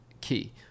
key